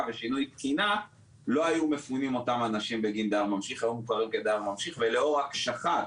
ושינוי תקינה לא היו מפונים אותם אנשים בגין דייר ממשיך ולאור ההקשחה,